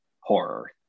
horror